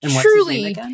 truly